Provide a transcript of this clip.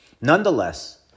Nonetheless